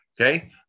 Okay